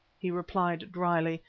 he replied dryly,